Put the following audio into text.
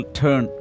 turn